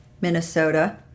Minnesota